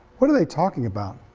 what are they talking about?